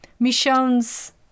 Michonne's